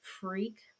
freak